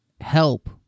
help